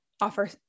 offer